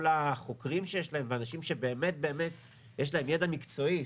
החוקרים שיש להם ואנשים שבאמת באמת יש להם ידע מקצועי,